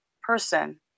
person